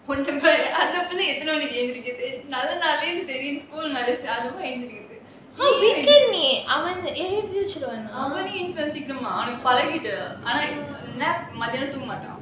அந்த புள்ள எத்தனை மணிக்கு எந்திரிக்குது:antha pulla ethanai manikku enthirikkuthu I don't mind அவன் எந்திரிச்சிடுவான் அவனே எந்திரிச்சிடுவான் அது பழகிடுச்சு ஆனா மதியம் தூங்கமாட்டான்:avan enthirichiduvaan avanae enthirichiduvaan athu palagiduchu aana madhiyam thoonga maataan